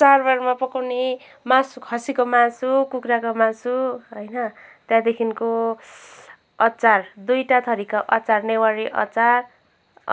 चाडबाडमा पकाउने मासु खसीको मासु कुखुराको मासु होइन त्यहाँदेखिको अचार दुईवटा थरीको अचार नेवारी अचार